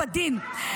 בדין.